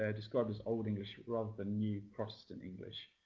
ah described as old-english rather than new-protestant english.